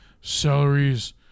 celery's